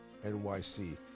NYC